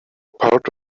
part